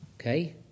Okay